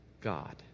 God